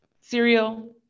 cereal